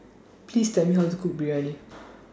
Please Tell Me How to Cook Biryani